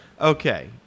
Okay